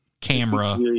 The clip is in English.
camera